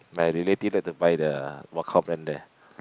my relative like to buy the brand there